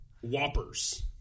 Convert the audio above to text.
Whoppers